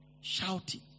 Shouting